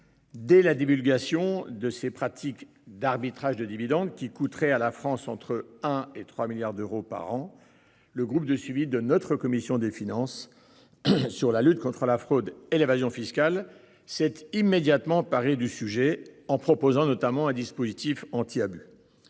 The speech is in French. Dès la divulgation de ces pratiques d'arbitrage de dividendes, qui coûteraient à la France entre 1 et 3 milliards d'euros par an, le groupe de suivi de notre commission des finances sur la lutte contre la fraude et l'évasion fiscales s'était immédiatement emparé de ce sujet en proposant notamment un dispositif anti-abus.